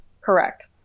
Correct